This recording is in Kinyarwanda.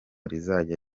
rizajya